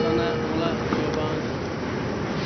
ثناء اللہ چوپان